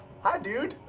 hi, dude.